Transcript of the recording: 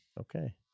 Okay